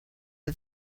the